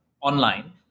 online